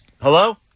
hello